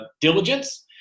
diligence